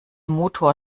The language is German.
motor